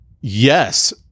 yes